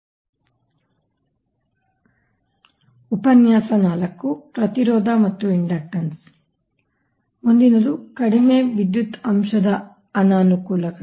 Power System Analysis ಪ್ರತಿರೋಧ ಮತ್ತು inductance ಆದ್ದರಿಂದ ಮುಂದಿನದು ಕಡಿಮೆ ವಿದ್ಯುತ್ ಅಂಶದ ಅನಾನುಕೂಲಗಳು